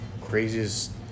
craziest